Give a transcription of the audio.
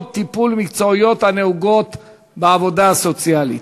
טיפול מקצועיות הנהוגות בעבודה סוציאלית".